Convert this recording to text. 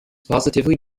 positively